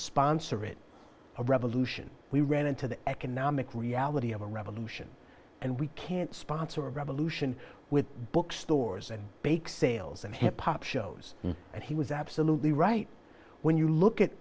sponsor in a revolution we ran into the economic reality of a revolution and we can't sponsor a revolution with bookstores and bake sales and hip hop shows and he was absolutely right when you look at